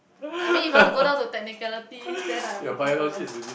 I mean if you want to go down to technicalities then I am immortal